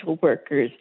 workers